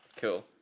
Cool